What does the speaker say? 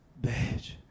bitch